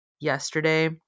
yesterday